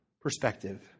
perspective